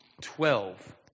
Twelve